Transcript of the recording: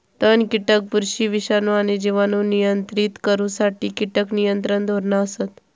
तण, कीटक, बुरशी, विषाणू आणि जिवाणू नियंत्रित करुसाठी कीटक नियंत्रण धोरणा असत